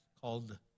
called